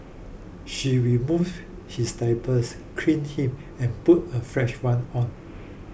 she removes his diapers clean him and puts a fresh one on